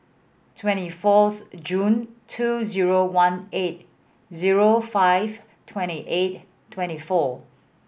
twenty fourth June two zero one eight zero five twenty eight twenty four